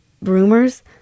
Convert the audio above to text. rumors